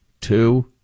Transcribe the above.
two